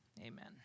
amen